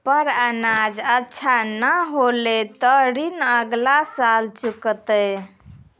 पर अनाज अच्छा नाय होलै तॅ ऋण अगला साल चुकैतै